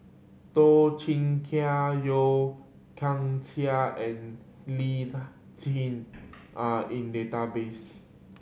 Toh Chin Chye Yeo Kian Chai and Lee Tjin are in database